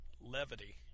levity